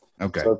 Okay